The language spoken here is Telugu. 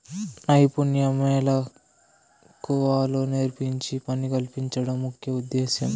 నైపుణ్య మెళకువలు నేర్పించి పని కల్పించడం ముఖ్య ఉద్దేశ్యం